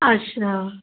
अच्छा